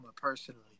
personally